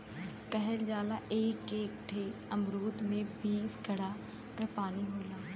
कहल जाला एक एक ठे अमरूद में बीस घड़ा क पानी होला